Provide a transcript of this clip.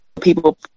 people